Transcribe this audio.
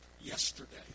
yesterday